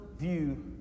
view